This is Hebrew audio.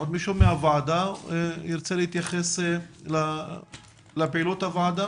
עוד מישהו מהוועדה ירצה להתייחס לפעילות הוועדה?